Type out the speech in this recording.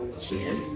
cheers